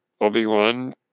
Obi-Wan